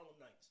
Nights